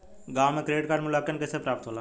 गांवों में क्रेडिट मूल्यांकन कैसे प्राप्त होला?